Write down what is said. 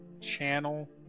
Channel